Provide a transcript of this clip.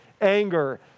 anger